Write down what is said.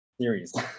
series